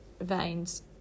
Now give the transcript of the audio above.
veins